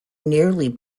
nearly